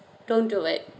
don't do it